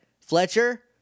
Fletcher